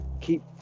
Keep